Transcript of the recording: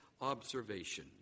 observation